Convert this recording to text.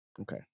Okay